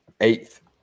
eighth